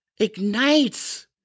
Ignites